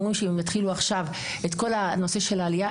אם הם יתחילו עכשיו את כל הנושא של העלייה,